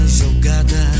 jogada